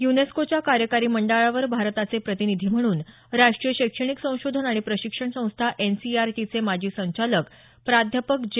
युनेस्कोच्या कार्यकारी मंडळावर भारताचे प्रतिनिधी म्हणून राष्टीय शैक्षणिक संशोधन आणि प्रशिक्षण संस्था एन सी ई आर टीचे माजी संचालक प्राध्यापक जे